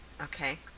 Okay